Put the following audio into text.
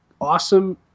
awesome